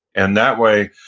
and that way,